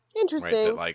interesting